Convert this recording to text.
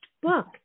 book